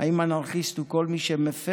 האם אנרכיסט הוא כל מי שמפר